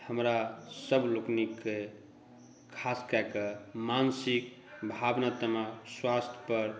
हमरा सभ लोकनिककेँ खास कएकऽ मानसिक भावनात्मक स्वास्थ्य पर